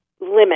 Limit